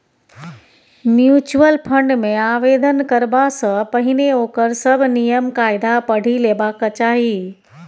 mutual fund मे आवेदन करबा सँ पहिने ओकर सभ नियम कायदा पढ़ि लेबाक चाही